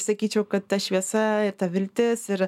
sakyčiau kad ta šviesa ir ta viltis ir